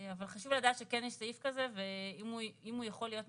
אבל חשוב לדעת שיש סעיף כזה ואם הוא יכול להיות מיושם,